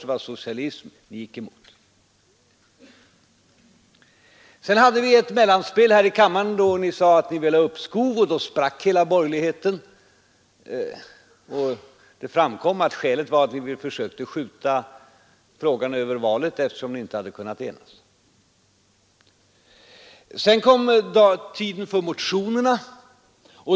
Det var socialism. Ni gick emot det. Sedan hade vi ett mellanspel här i kammaren då ni sade att ni ville ha uppskov. Då sprack hela borgerligheten. Det framkom sedan att ni ville försöka skjuta frågan över valet därför att ni inte hade kunnat enas. Sedan kom tiden för motionerna.